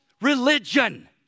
religion